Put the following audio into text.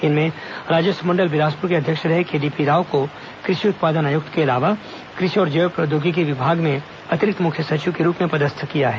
इनमें राजस्व मंडल बिलासप्र के अध्यक्ष रहे केडीपी राव को कृषि उत्पादन आयुक्त के अलावा कृषि और जैव प्रौद्योगिकी विभाग में अतिरिक्त मुख्य सचिव के रूप में पदस्थ किया गया है